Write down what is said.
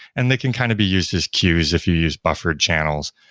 and they can kind of be used as cues if you use buffered channels,